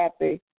happy